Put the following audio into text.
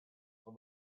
from